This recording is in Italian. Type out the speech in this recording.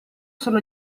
solo